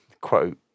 quote